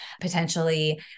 potentially